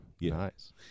nice